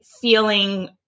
feeling